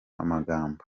amagambo